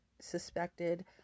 suspected